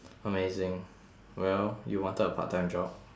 amazing well you wanted a part time job